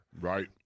Right